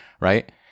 right